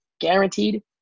guaranteed